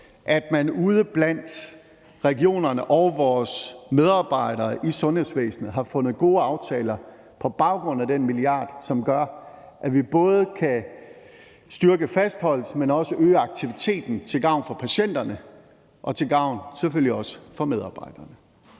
at man ude i regionerne og blandt vores medarbejdere i sundhedsvæsenet har lavet gode aftaler på baggrund af den milliard, som gør, at vi både kan styrke fastholdelsen, men også øge aktiviteten til gavn for patienterne og selvfølgelig også til gavn for medarbejderne.